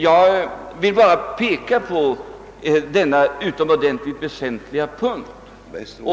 Jag har bara velat peka på denna utomordentligt väsentliga punkt.